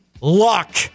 luck